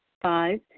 Five